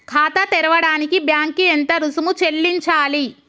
ఖాతా తెరవడానికి బ్యాంక్ కి ఎంత రుసుము చెల్లించాలి?